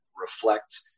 reflect